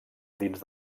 dins